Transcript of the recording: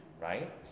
right